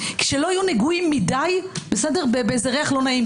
שלא יהיו נגועים מדי בריח לא נעים.